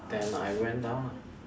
then I went down lah